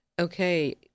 Okay